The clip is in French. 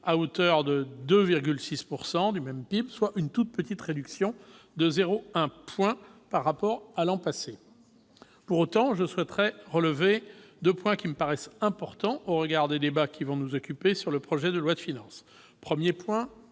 hauteur de 2,6 % du même PIB, soit une toute petite réduction de 0,1 point par rapport à l'an passé. Pour autant, je souhaiterais relever deux aspects qui me paraissent importants au regard des débats qui vont nous occuper sur le projet de loi de finances. Tout